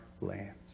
lambs